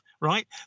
right